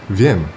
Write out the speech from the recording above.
wiem